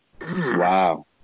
Wow